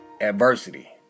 adversity